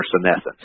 senescence